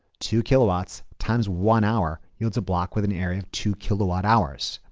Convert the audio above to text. two kilowatts times one-hour yields a block with an area of two kilowatt hours.